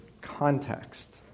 context